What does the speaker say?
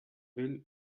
will